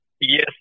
Yes